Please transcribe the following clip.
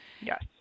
Yes